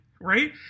Right